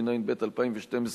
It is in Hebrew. התשע"ב 2012,